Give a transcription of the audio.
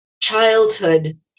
childhood